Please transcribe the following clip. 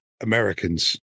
Americans